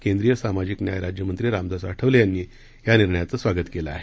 केंद्रीय सामाजिक न्याय राज्यमंत्री रामदास आठवले यांनी या निर्णयाचं स्वागत केलं आहे